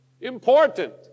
Important